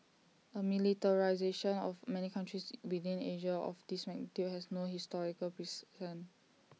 A militarisation of many countries within Asia of this magnitude has no historical precedent